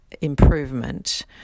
improvement